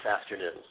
afternoon